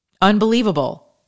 Unbelievable